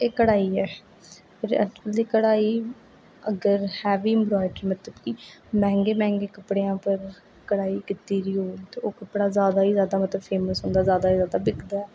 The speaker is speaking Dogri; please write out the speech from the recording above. एह् कढाई ऐ फिर कढाई अग्गे है बी मतलब कि महगे मंहगे कपडे़ उपर कढाई किती दी होवे ते ओह् कपडा ज्यादा ही मतलब फेमस होंदा ज्यादा बिकदा ऐ